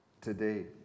today